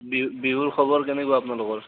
বিহু বিহুৰ খবৰ কেনেকুৱা আপোনালোকৰ